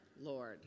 Lord